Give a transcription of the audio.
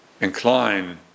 incline